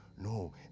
No